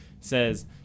says